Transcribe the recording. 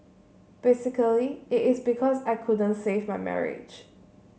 basically it is because I couldn't save my marriage